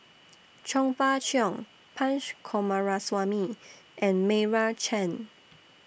Chong Fah Cheong Punch Coomaraswamy and Meira Chand